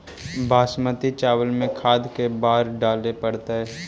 बासमती चावल में खाद के बार डाले पड़तै?